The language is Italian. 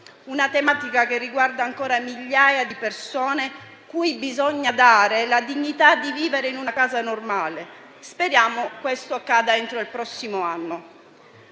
una tematica che riguarda ancora migliaia di persone, cui bisogna dare la dignità di vivere in una casa normale. Speriamo questo accada entro il prossimo anno.